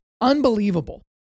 Unbelievable